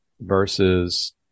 Versus